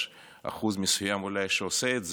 יש אולי אחוז מסוים שעושה את זה,